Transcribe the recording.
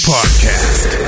Podcast